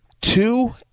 two